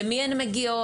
למי הן מגיעות,